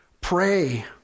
pray